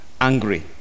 angry